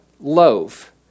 loaf